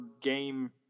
game